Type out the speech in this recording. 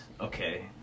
okay